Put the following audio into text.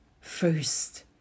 first